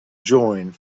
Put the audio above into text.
join